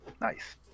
Nice